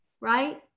right